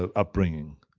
ah upbringing,